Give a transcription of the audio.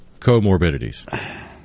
comorbidities